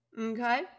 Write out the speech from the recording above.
okay